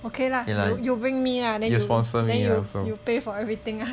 okay lah you bring me lah then you then you you pay for everything